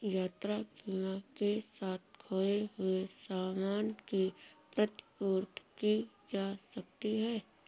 यात्रा बीमा के साथ खोए हुए सामान की प्रतिपूर्ति की जा सकती है